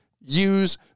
use